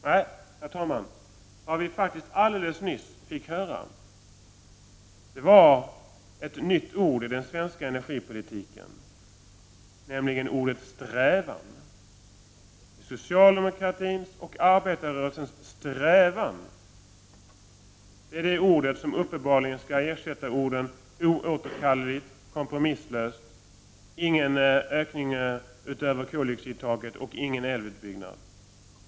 Nej, herr talman, vad vi faktiskt alldeles nyss fick höra var ett nytt ord i den svenska energidebatten, nämligen ordet ”strävan”. Birgitta Dahl talade om socialdemokratins och arbetarrörelsens ”strävan”. Det är uppenbarligen detta ord som skall ersätta orden ”oåterkalleligt” och ”kompromisslöst” samt uttrycken ”ingen ökning utöver koldioxidtaket” och ”ingen älvutbyggnad”.